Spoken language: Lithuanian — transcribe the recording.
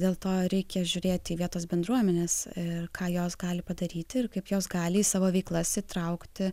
dėl to reikia žiūrėti į vietos bendruomenes ir ką jos gali padaryti ir kaip jos gali į savo veiklas įtraukti